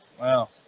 Wow